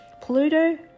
pluto